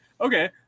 Okay